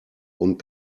und